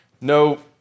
no